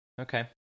Okay